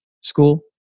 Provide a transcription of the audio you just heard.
school